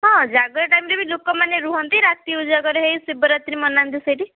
ହଁ ଜାଗର ଟାଇମ୍ରେ ବି ଲୋକମାନେ ରୁହନ୍ତି ରାତ୍ରି ଉଜାଗର ହେଇ ଶିବରାତ୍ରୀ ମନାନ୍ତି ସେଠି